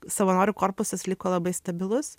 savanorių korpusas liko labai stabilus